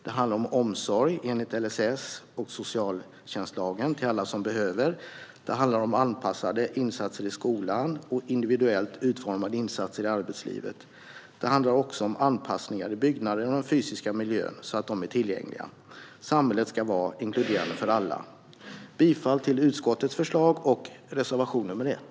Det handlar om omsorg enligt LSS och socialtjänstlagen till alla som behöver. Det handlar om anpassade insatser i skolan och individuellt utformade insatser i arbetslivet. Det handlar också om anpassningar i byggnader och den fysiska miljön så att de är tillgängliga. Samhället ska vara inkluderande för alla. Jag yrkar bifall till utskottets förslag i betänkandet och reservation nr 1.